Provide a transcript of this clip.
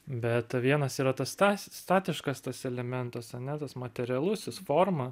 bet vienas yra tas stas statiškas tas elementas ane tas materialusis forma